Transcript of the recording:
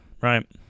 right